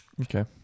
Okay